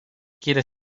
quiere